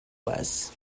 was